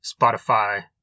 Spotify